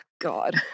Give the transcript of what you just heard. God